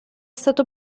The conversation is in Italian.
stato